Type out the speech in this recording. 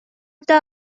داغ